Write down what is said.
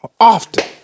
often